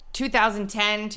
2010